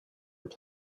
were